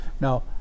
Now